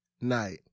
night